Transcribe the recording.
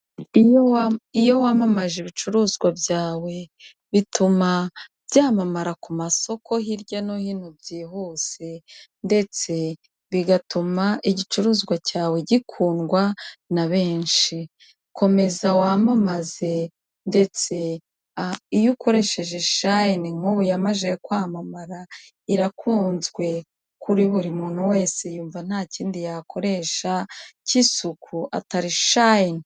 Iyo iyo wamamaje ibicuruzwa byawe bituma byamamara ku masoko hirya no hino byihuse ndetse bigatuma igicuruzwa cyawe gikundwa na benshi, komeza wamamaze ndetse iyo ukoresheje shayini nk'ubu yamaze kwamamara irakunzwe kuri buri muntu wese yumva ntakindi yakoresha cy'isuku atari shayini.